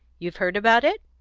you've heard about it?